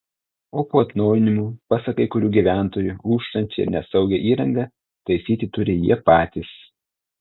o po atnaujinimo pasak kai kurių gyventojų lūžtančią ir nesaugią įrangą taisyti turi jie patys